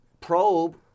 probe